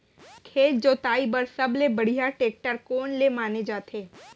खेत जोताई बर सबले बढ़िया टेकटर कोन से माने जाथे?